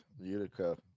Utica